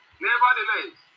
nevertheless